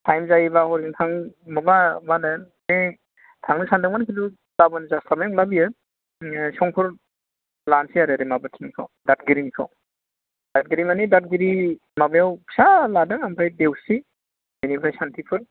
थाएम जायोबा हजों थां माबा मा होनो थांनो सानदोंमोन खिन्थु गाबोन जास्लाबनाय नंला बियो संफोर लानोसै आरो ओरै माबा थिंनिखौ दादगिरिनिखौ दादगारि मानि दादगिरि माबायाव फिसा लादों ओमफाय देउस्रि बेनिफ्राय सान्थिपुर